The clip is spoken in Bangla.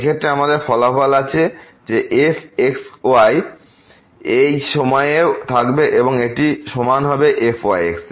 সেক্ষেত্রে আমাদের ফলাফল আছে যে f xy এই সময়েও থাকবে এবং এটিমান সমান হবে fyxএর